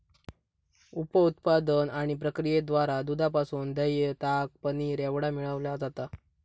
उप उत्पादन आणि प्रक्रियेद्वारा दुधापासून दह्य, ताक, पनीर एवढा मिळविला जाता